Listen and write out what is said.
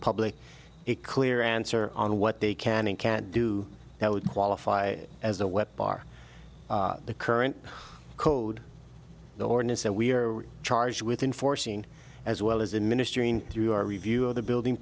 public a clear answer on what they can and can't do that would qualify as a weapon are the current code the ordinance that we are charged with enforcing as well as a ministry and through our review of the building